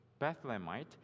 Bethlehemite